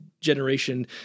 generation